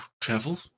travel